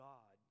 God